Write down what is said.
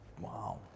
Wow